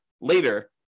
later